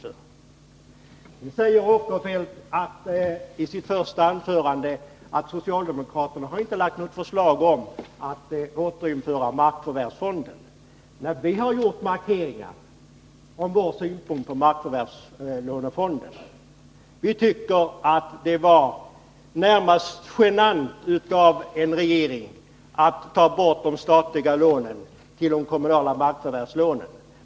Sven Eric Åkerfeldt sade i sitt första anförande att socialdemokraterna inte lagt fram något förslag om att återinföra markförvärvslånefonden. Vi har gjort markeringar av vår syn på markförvärvslånefonden. Vi tycker att det var närmast genant av en regering att ta bort de statliga lånen till kommunalt markförvärv.